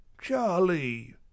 Charlie